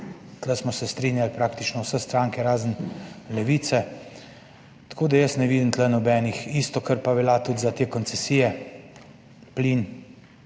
Tukaj smo se strinjale praktično vse stranke, razen Levice, tako da jaz ne vidim tu nobenih. Isto, kar velja tudi za te koncesije, plin,